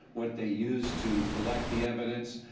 what they used to collect the evidence.